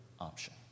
option